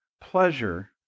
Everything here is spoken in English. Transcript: pleasure